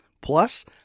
Plus